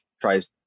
tries